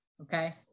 okay